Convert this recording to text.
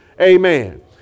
Amen